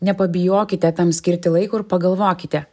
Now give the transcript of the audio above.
nepabijokite tam skirti laiko ir pagalvokite